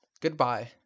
goodbye